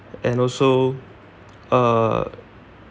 and also uh